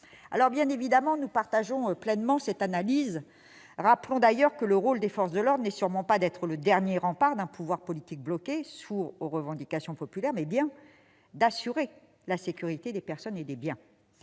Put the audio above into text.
la paix sociale. » Nous partageons pleinement cette analyse. Rappelons d'ailleurs que le rôle des forces de l'ordre n'est sûrement pas d'être le dernier rempart d'un pouvoir politique bloqué, sourd aux revendications populaires ; c'est bien d'assurer la sécurité des personnes et des biens.